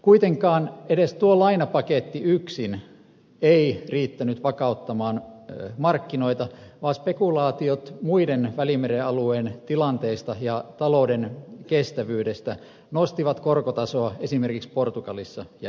kuitenkaan edes tuo lainapaketti yksin ei riittänyt vakauttamaan markkinoita vaan spekulaatiot muun välimeren alueen tilanteista ja talouden kestävyydestä nostivat korkotasoa esimerkiksi portugalissa ja espanjassa